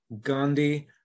Gandhi